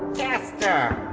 gaster